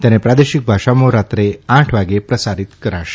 તેને પ્રાદેશિક ભાષાઓમાં રાત્રે આઠ વાગે પ્રસારિત કરાશે